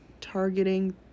targeting